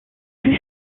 plus